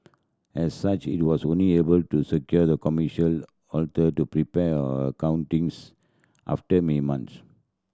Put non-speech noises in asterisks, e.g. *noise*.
as such it was only able to secure the commercial alter to prepare our accounting *unintelligible* after me months